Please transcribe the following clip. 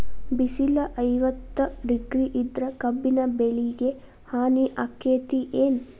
ಬಿಸಿಲ ಐವತ್ತ ಡಿಗ್ರಿ ಇದ್ರ ಕಬ್ಬಿನ ಬೆಳಿಗೆ ಹಾನಿ ಆಕೆತ್ತಿ ಏನ್?